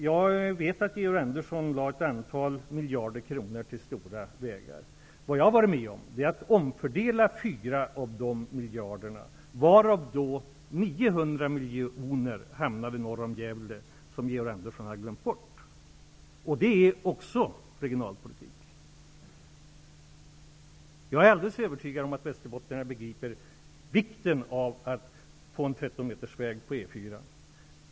Jag vet att Georg Andersson anslog ett antal miljarder kronor till stora vägar. Jag har varit med och omfördela fyra av dessa miljarder. 900 miljoner av dem hamnade norr om Gävle. Det området hade Georg Andersson glömt bort. Det är också regionalpolitik. Jag är alldeles övertygad om att västerbottningarna begriper vikten av att få en trettonmetersväg på E 4.